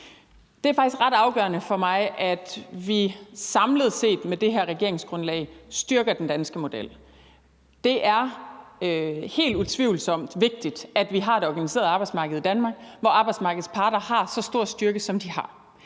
Det er faktisk ret afgørende for mig, at vi samlet set med det her regeringsgrundlag styrker den danske model. Det er helt utvivlsomt vigtigt, at vi har et organiseret arbejdsmarked i Danmark, hvor arbejdsmarkedets parter har så stor styrke, som de har.